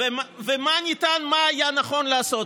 ומה נטען מה היה נכון לעשות?